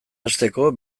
hasteko